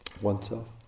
oneself